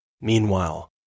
Meanwhile